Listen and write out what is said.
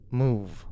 move